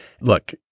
Look